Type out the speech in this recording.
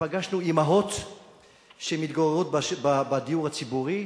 ופגשנו אימהות שמתגוררות בדיור הציבורי,